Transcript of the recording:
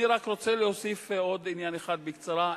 אני רק רוצה להוסיף עוד עניין אחד בקצרה,